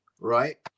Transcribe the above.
Right